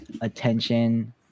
attention